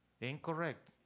incorrect